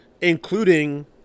including